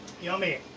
yummy